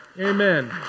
Amen